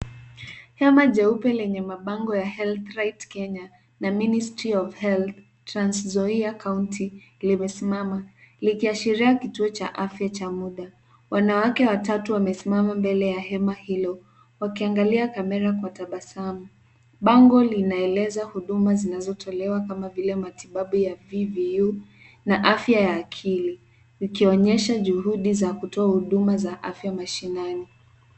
Hema jeupe lenye mabango ya HealthRight Kenya na Ministry of Health Transzoia County , limesimama likiashiria kituo cha afya cha muda. Wanawake watatu wamesimama mbele ya hema hilo wakiangalia kamera kwa tabasamu Bango linaeleza huduma zinazotolewa kama vile matibabu ya VVU na afya ya akili, vikionyesha juhudi za kutoa huduma za afya mashinani.